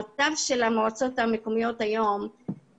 אני לא רואה שהמועצות יכולות לתת שירותים.